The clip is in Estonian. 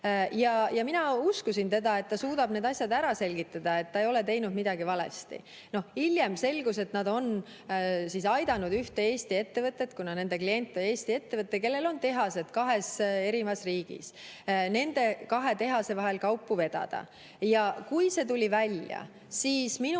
Mina uskusin, et ta suudab neid asju selgitada, et ta ei ole teinud midagi valesti. Hiljem selgus, et nad on aidanud ühte Eesti ettevõtet – kuna nende klient on Eesti ettevõte, kellel on tehased kahes erinevas riigis –, et nende kahe tehase vahel kaupu vedada. Kui see tuli välja, siis minu